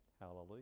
Hallelujah